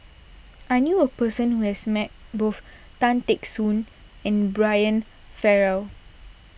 I knew a person who has met both Tan Teck Soon and Brian Farrell